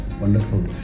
wonderful